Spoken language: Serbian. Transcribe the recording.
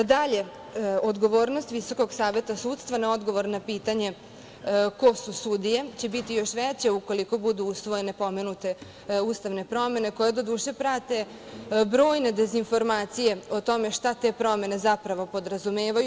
Odgovornost Visokog saveta sudstva na odgovor na pitanje - ko su sudije, će biti još veće ukoliko budu usvojene pomenute ustavne promene koje doduše prate brojne dezinformacije o tome šta te promene zapravo podrazumevaju.